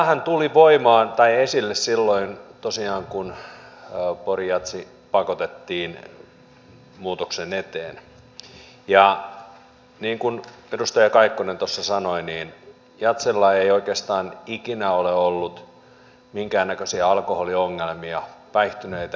tämähän tuli esille tosiaan silloin kun pori jazz pakotettiin muutoksen eteen ja niin kuin edustaja kaikkonen tuossa sanoi jazzeilla ei oikeastaan ikinä ole ollut minkäännäköisiä alkoholiongelmia vaihtuneet